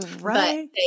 right